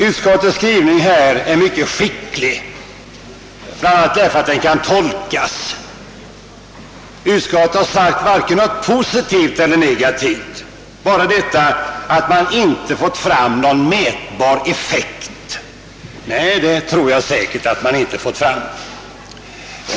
Utskottets skrivning är mycket skickligt gjord, bl.a. därför att den kan tolkas på olika sätt. Utskottet har varken sagt något positivt eller något negativt, utan bara detta att man i USA inte fått fram någon mätbar effekt. Nej, det tror jag säkert!